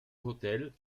hotel